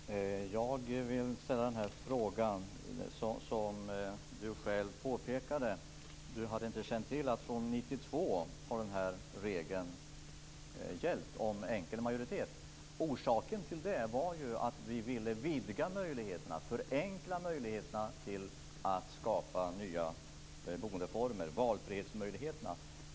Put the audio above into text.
Fru talman! Jag vill ställa en fråga som rör det faktum du själv påpekade. Du hade inte känt till att regeln om enkel majoritet hade gällt sedan 1992. Orsaken till den regeln var att vi ville vidga och förenkla möjligheterna att skapa nya boendeformer, ge valfrihetsmöjligheter.